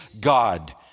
God